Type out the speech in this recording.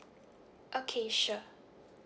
okay sure